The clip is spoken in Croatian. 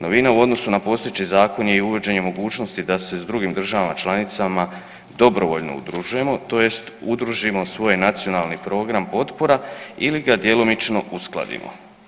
Novina u odnosu na postojeći zakon je i uvođenje mogućnosti da se s drugim državama člancima dobrovoljno udružujemo tj. udružimo svoj nacionalni program potpora ili ga djelomično uskladimo.